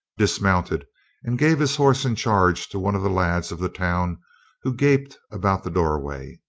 dismounted and gave his horse in charge to one of the lads of the town who gaped about the doorway.